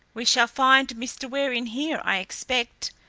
we shall find mr. ware in here, i expect.